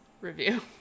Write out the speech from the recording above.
review